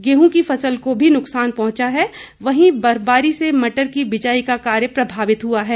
गेहूं की फसल को नुकसान पहुंचा है वहीं बर्फबारी से मटर की बिजाई का कार्य प्रभावित हुआ है